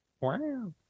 Wow